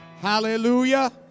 Hallelujah